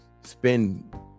spend